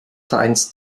vereins